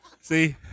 See